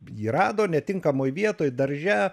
jį rado netinkamoj vietoj darže